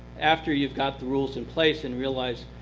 after you have got the rules in place and realize,